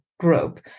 Group